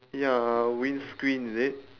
ya windscreen is it